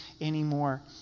anymore